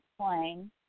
playing